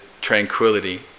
tranquility